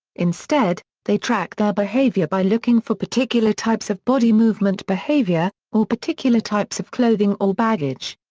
instead, they track their behavior by looking for particular types of body-movement behavior, or particular types of clothing or baggage.